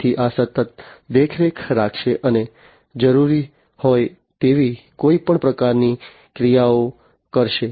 તેથી આ સતત દેખરેખ રાખશે અને જરૂરી હોય તેવી કોઈપણ પ્રકારની ક્રિયાઓ કરશે